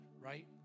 right